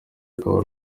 akaba